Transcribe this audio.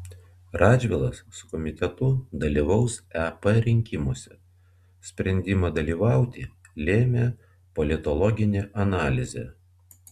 radžvilas su komitetu dalyvaus ep rinkimuose sprendimą dalyvauti lėmė politologinė analizė